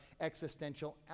existential